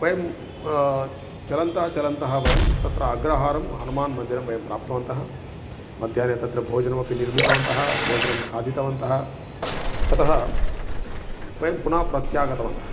वयं चलन्तः चलन्तः वयं तत्र अग्रहारं हनुमान् मन्दिरं वयं प्राप्तवन्तः मध्याह्णे तत्र भोजनमपि निर्मितवन्तः भोजनं खादितवन्तः ततः वयं पुनः प्रत्यागतवन्तः